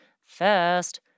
first